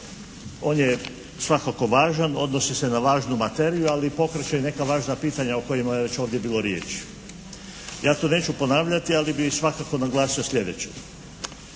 On je svakako važan, odnosi se na važnu materiju, ali i pokreće neka važna pitanja o kojima je već ovdje bilo riječi. Ja to neću ponavljati, ali bih svakako naglasio sljedeće.